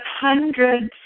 hundreds